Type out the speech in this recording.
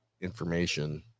information